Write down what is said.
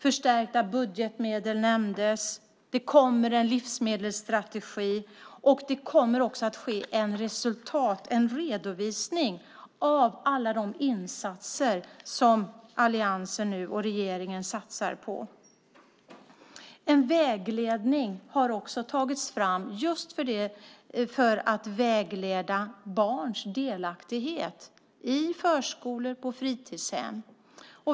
Förstärkta budgetmedel nämndes. Det kommer en livsmedelsstrategi, och det kommer också att ske en resultatredovisning av alla de insatser som alliansen och regeringen nu satsar på. En vägledning har tagits fram för att vägleda barns delaktighet i förskolor och på fritidshem.